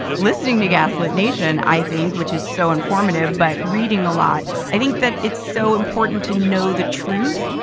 listening to gaslit nation, i think, which is so informative. but reading a lot. i think that it's so important to know the truth,